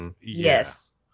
Yes